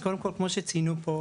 אז קודם כל כמו שציינו פה,